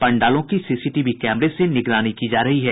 पंडालों की सीसीटीवी कैमरे से निगरानी की जा रही है